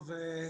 טוב,